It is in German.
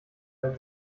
wenn